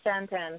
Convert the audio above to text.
sentence